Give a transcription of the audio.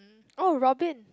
oh Robin